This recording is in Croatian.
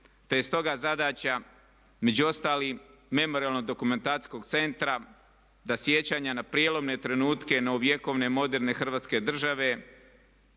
te je stoga zadaća među ostalim Memorijalno-dokumentacijskog centra da sjećanja na prijelomne trenutke novovjekovne moderne Hrvatske države